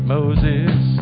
Moses